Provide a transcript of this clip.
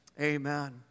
Amen